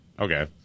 Okay